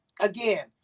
Again